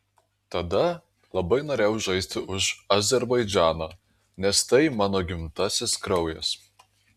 tada labai norėjau žaisti už azerbaidžaną nes tai mano gimtasis kraujas